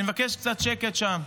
אני מבקש קצת שקט שם.